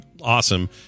awesome